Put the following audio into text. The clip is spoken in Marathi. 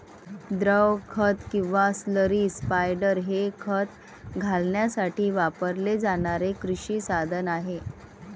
द्रव खत किंवा स्लरी स्पायडर हे खत घालण्यासाठी वापरले जाणारे कृषी साधन आहे